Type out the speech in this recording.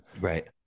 Right